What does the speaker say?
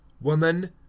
woman